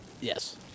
Yes